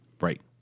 Right